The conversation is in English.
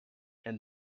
and